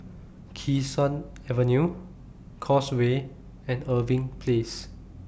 Kee Sun Avenue Causeway and Irving Place